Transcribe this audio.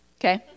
Okay